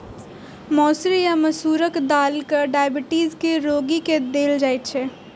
मौसरी या मसूरक दालि डाइबिटीज के रोगी के देल जाइ छै